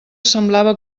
semblava